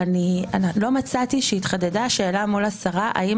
לא מצאתי שהתחדדה השאלה מול השרה האם